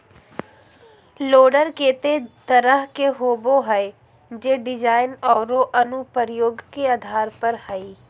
loader केते तरह के होबो हइ, जे डिज़ाइन औरो अनुप्रयोग के आधार पर हइ